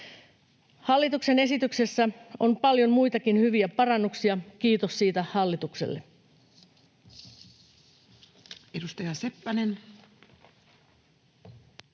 Hallituksen esityksessä on paljon muitakin hyviä parannuksia. Kiitos siitä hallitukselle.